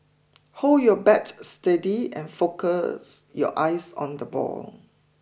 hold your bat steady and focus your eyes on the ball